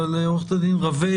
אבל עורכת הדין רווה,